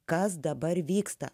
kas dabar vyksta